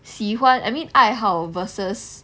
喜欢 I mean 爱好 versus